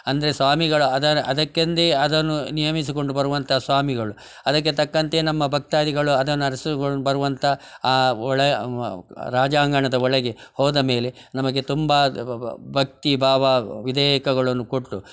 ಅಂದರೆ ಸ್ವಾಮಿಗಳು ಅದಕ್ಕೆಂದೆ ಅದನ್ನು ನಿಯಮಿಸಿಕೊಂಡು ಬರುವಂಥ ಸ್ವಾಮಿಗಳು ಅದಕ್ಕೆ ತಕ್ಕಂತೆ ನಮ್ಮ ಭಕ್ತಾದಿಗಳು ಅದನ್ನು ಬರುವಂಥ ಆ ಒಳೆ ರಾಜಾಂಗಣದ ಒಳಗೆ ಹೋದಮೇಲೆ ನಮಗೆ ತುಂಬ ಭಕ್ತಿ ಭಾವ ವಿಧೇಯಕಗಳನ್ನು ಕೊಟ್ಟು